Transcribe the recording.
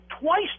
twice